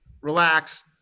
relax